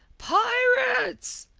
pirates!